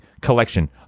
collection